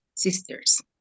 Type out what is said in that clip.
Sisters